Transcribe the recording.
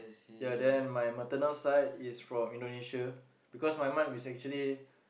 ya then my maternal side is from Indonesia because my mom is actually